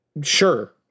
Sure